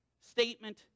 Statement